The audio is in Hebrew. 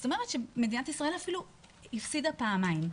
זאת אומרת שמדינת ישראל הפסידה פעמיים.